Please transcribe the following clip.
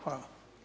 Hvala.